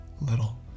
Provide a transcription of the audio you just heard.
little